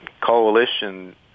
coalition